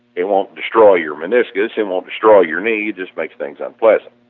it won't destroy your meniscus it won't destroy your knee, just makes things unpleasant.